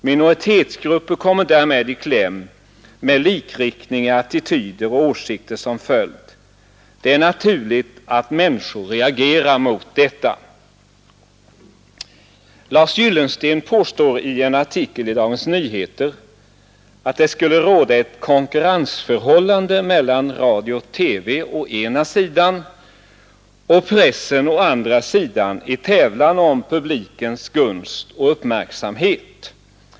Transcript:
Minoritetsgrupper kommer därmed i kläm med likriktning i attityder och åsikter som följd. Det är naturligt att människor reagerar mot detta. Lars Gyllensten påstår i en artikel i Dagens Nyheter att det skulle råda ett konkurrensförhållande mellan radio och TV å ena sidan och pressen å andra sidan om publikens gunst och uppmärksamhet.